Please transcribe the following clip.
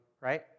Right